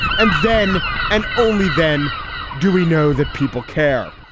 and then and only then do we know that people care.